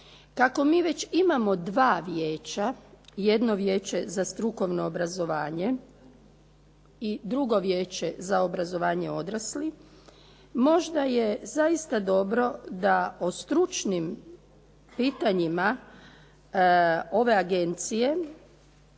Kako mi već imamo dva vijeće jedno vijeće za strukovno obrazovanje i drugo vijeće za obrazovanje odraslih, možda je zaista dobro da o stručnim pitanjima ove Agencije